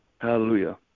Hallelujah